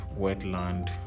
wetland